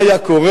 מה היה קורה,